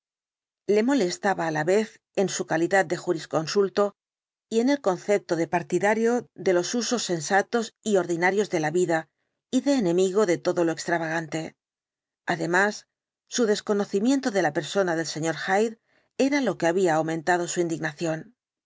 le molestaba á la vez en su calidad de jurisconsulto y en el concepto de partidario de los usos sensatos y ordinarios de la vida y de enemigo de todo lo extravagante además su desconocimiento de la persona del sr hyde era lo que había au mentado su indignación